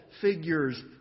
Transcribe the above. figures